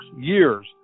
years